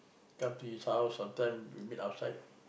come to his house sometime we meet outside